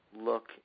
look